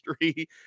history